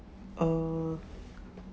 uh